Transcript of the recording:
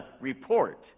report